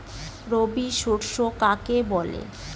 রবি শস্য কাকে বলে?